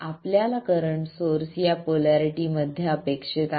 आपल्याला current source या polarity मध्ये अपेक्षित आहे